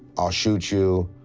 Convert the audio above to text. i'll shoot you!